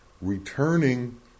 returning